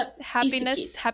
happiness